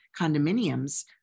condominiums